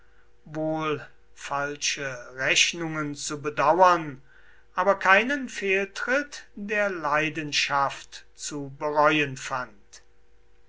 falsche rechnungen zu bedauern aber keinen fehltritt der leidenschaft zu bereuen fand